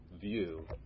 view